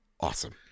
awesome